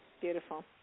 Beautiful